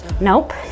Nope